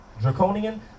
Draconian